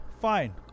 fine